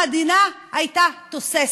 המדינה הייתה תוססת.